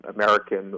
American